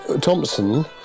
Thompson